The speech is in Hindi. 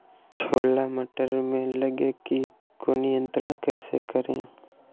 छोला मटर में लगे कीट को नियंत्रण कैसे करें?